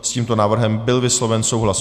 S tímto návrhem byl vysloven souhlas.